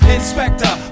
inspector